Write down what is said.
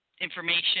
information